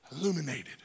Illuminated